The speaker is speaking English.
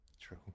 True